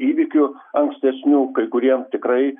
įvykių ankstesnių kuriem tikrai